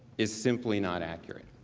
is simply not accurate.